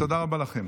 תודה רבה לכם.